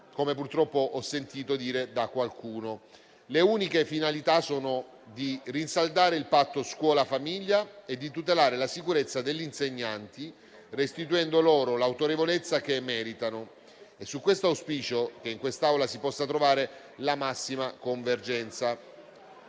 come purtroppo ho sentito dire da qualcuno. Le uniche finalità sono volte a rinsaldare il patto scuola-famiglia e di tutelare la sicurezza degli insegnanti, restituendo loro l'autorevolezza che meritano. Auspico sul punto che in quest'Aula si possa trovare la massima convergenza.